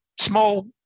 small